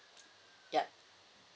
yup